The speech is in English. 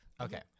Okay